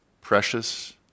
Precious